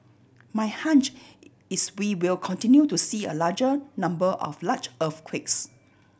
my hunch is we will continue to see a larger number of large earthquakes